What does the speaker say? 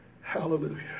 Hallelujah